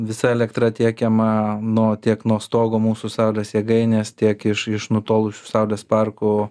visa elektra tiekiama nuo tiek nuo stogo mūsų saulės jėgainės tiek iš iš nutolusių saulės parkų